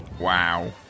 Wow